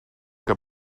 que